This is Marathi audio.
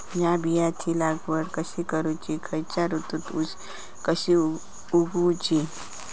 हया बियाची लागवड कशी करूची खैयच्य ऋतुत कशी उगउची?